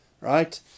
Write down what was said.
right